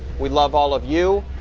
we love all of you,